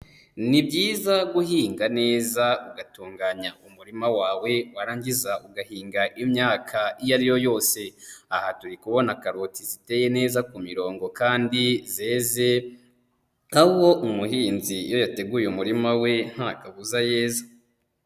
Ni byiza guhinga neza ugatunganya umurima wawe warangiza ugahinga imyaka iyo ari yo yose, aha turi kubona karoti ziteye neza ku mirongo kandi zeze, aho umuhinzi iyo yateguye umurima we nta kabuza yeza